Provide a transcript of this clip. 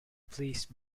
pleased